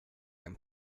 din